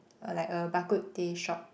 eh like a Bak-Kut-Teh shop